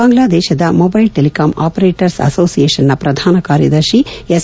ಬಾಂಗ್ಲಾದೇಶದ mobile telecom operators ಅಸೋಸಿಯೇಷನ್ನ ಪ್ರಧಾನ ಕಾರ್ಯದರ್ಶಿ ಎಸ್